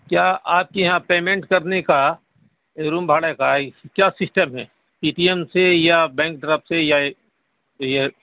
کیا آپ کے یہاں پیمنٹ کرنے کا روم بھاڑے کا کیا سسٹم ہے پی ٹی ایم سے یا بینک ڈرافٹ سے یا یہ یہ